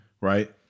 Right